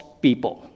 people